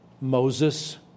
Moses